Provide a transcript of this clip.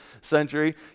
century